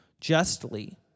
justly